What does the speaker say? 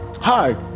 hard